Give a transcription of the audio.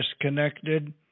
disconnected